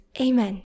Amen